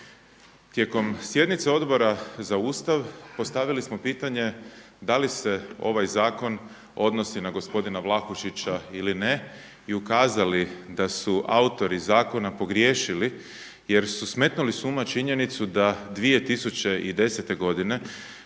tijekom sjednice Odbora za Ustav postavili smo pitanje da li se ovaj zakon odnosi na gospodina Vlahušića ili ne i ukazali da su autori zakona pogriješili jer su smetnuli s uma činjenicu da 2010. godine